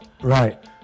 Right